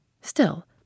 Still